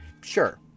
sure